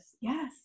Yes